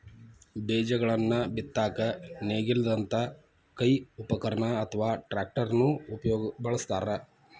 ಬೇಜಗಳನ್ನ ಬಿತ್ತಾಕ ನೇಗಿಲದಂತ ಕೈ ಉಪಕರಣ ಅತ್ವಾ ಟ್ರ್ಯಾಕ್ಟರ್ ನು ಬಳಸ್ತಾರ